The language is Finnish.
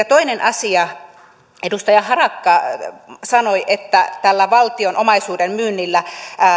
toinen asia edustaja harakka sanoi että tällä valtion omaisuuden myynnillä